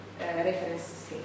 reference